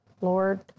Lord